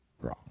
wrong